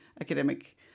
academic